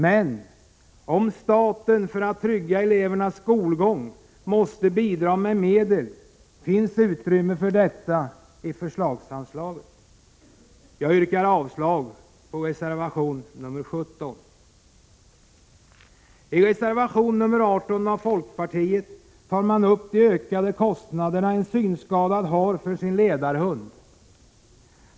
Men om staten för att trygga elevernas skolgång måste bidra med medel, finns utrymme för detta i försöksanslaget. Jag yrkar avslag på reservation 17. Folkpartiet tar i reservation 18 upp frågan om de synskadades ökade kostnader för ledarhund.